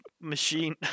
machine